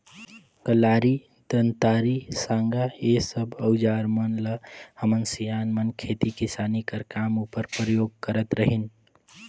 कलारी, दँतारी, साँगा ए सब अउजार मन ल हमर सियान मन खेती किसानी कर काम उपर परियोग करत रहिन